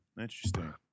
Interesting